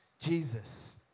Jesus